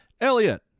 Elliot